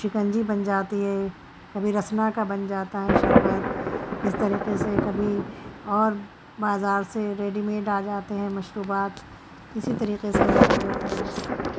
شکنجی بن جاتی ہے کبھی رسنا کا بن جاتا ہے شربت اس طریقے سے کبھی اور بازار سے ریڈی میڈ آ جاتے ہیں مشروبات اسی طریقے سے ہوتا رہتا ہے بس